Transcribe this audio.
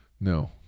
No